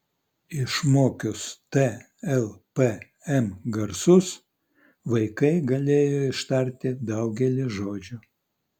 išmokius t l p m garsus vaikai galėjo ištarti daugelį žodžių